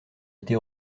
été